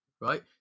right